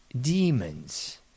demons